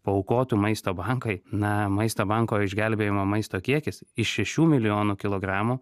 paaukotų maisto bankai na maisto banko išgelbėjamo maisto kiekis iš šešių milijonų kilogramų